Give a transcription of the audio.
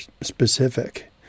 specific